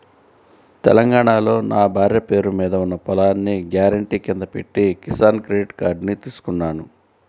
తెలంగాణాలో నా భార్య పేరు మీద ఉన్న పొలాన్ని గ్యారెంటీ కింద పెట్టి కిసాన్ క్రెడిట్ కార్డుని తీసుకున్నాను